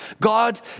God